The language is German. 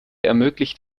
ermöglicht